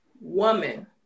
woman